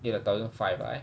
okay lah thousand five ah eh